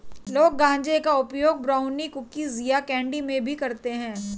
लोग गांजे का उपयोग ब्राउनी, कुकीज़ या कैंडी में भी करते है